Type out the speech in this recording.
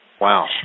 Wow